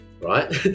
right